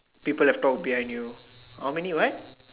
people have talked behind you how many what